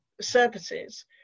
services